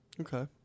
Okay